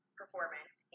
performance